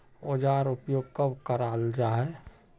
औजार उपयोग कब कराल जाहा जाहा?